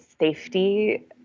safety